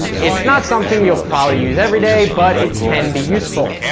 it's not something you'll probably use every day, but it can be useful.